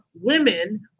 women